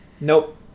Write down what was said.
Nope